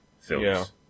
films